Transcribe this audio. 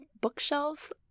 bookshelves